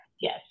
Yes